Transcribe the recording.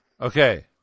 Okay